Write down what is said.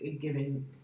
giving